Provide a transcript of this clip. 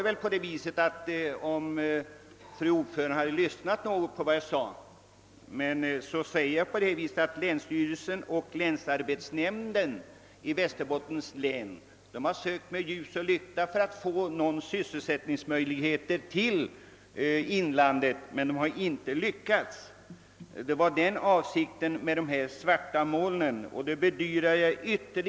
Om utskottets fru ordförande hade lyssnat på mitt anförande hade hon säkerligen upptäckt att jag sade att länsstyrelsen och länsarbetsnämnden i Västerbottens län har sökt med ljus och lykta för att finna arbetstillfällen till inlandets befolkning, men de har inte lyckats. Det var även dessa förhållanden jag avsåg när jag nämnde de svarta molnen.